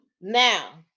Now